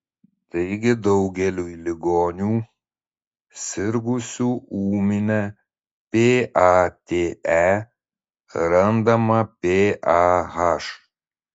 taigi daugeliui ligonių sirgusių ūmine pate randama pah